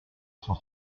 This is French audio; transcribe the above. cent